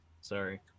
Sorry